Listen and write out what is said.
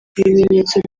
ibimenyetso